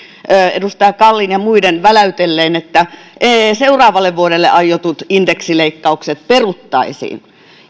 edustaja kallin ja muiden väläytelleen että seuraavalle vuodelle aiotut indeksileikkaukset peruttaisin